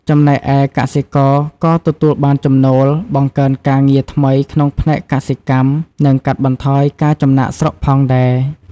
ចំណែកឯកសិករក៏ទទួលបានចំណូល បង្កើតការងារថ្មីក្នុងផ្នែកកសិកម្ម និងកាត់បន្ថយការចំណាកស្រុកផងដែរ។